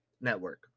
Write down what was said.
Network